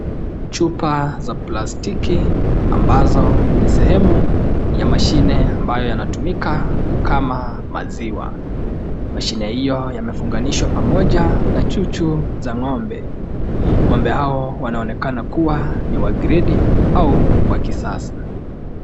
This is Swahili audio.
Chupa za plastiki ambazo ni sehemu ya mashine ambayo yanatumika kukama maziwa. Mashine hiyo yamefunganishwa pamoja na chuchu za ng'ombe. Ng'ombe hawa wanaonekana kuwa ni wa gredi au wa kisasa.